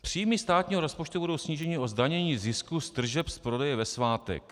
Příjmy státního rozpočtu budou sníženy o zdanění zisku z tržeb z prodeje ve svátek.